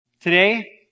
Today